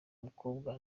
mukobwa